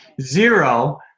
zero